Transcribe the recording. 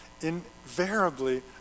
invariably